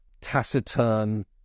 taciturn